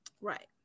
right